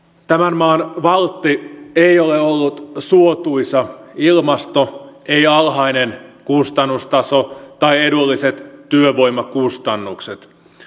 tämän maan valtti ei ole ollut suotuisa ilmasto ei alhainen kustannustaso tai edulliset työvoimakustannukset